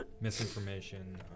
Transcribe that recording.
Misinformation